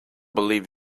believe